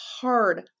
hard